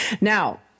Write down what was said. Now